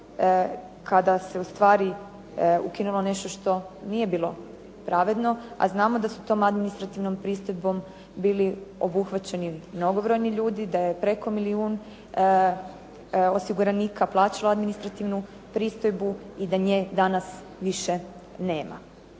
kada se ustvari ukinulo nešto što nije bilo pravedno, a znamo da su tom administrativnom pristojbom bili obuhvaćeni mnogobrojni ljudi, da je preko milijun osiguranika plaćalo administrativnu pristojbu i da nje danas više nema.